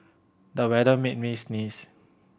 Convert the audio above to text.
the weather made me sneeze